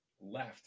left